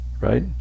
right